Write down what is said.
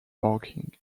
barking